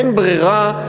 אין ברירה,